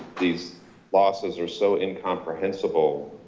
these losses are so incomprehensible.